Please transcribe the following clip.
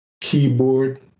keyboard